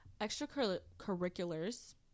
extracurriculars